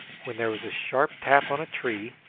when there was a sharp tap on a tree,